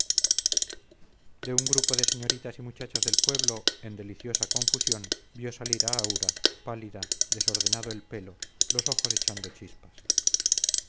de un grupo de señoritas y muchachas del pueblo en deliciosa confusión vio salir a aura pálida desordenado el pelo los ojos echando chispas